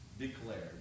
declared